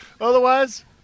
Otherwise